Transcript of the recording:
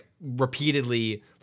repeatedly